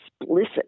explicit